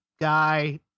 guy